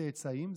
הצאצאים,